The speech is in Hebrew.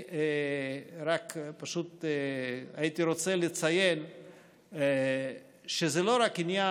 רק פשוט הייתי רוצה לציין שזה לא רק עניין,